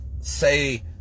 say